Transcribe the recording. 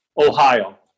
Ohio